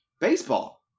baseball